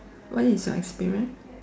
what is your experience